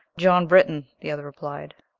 john britton, the other replied.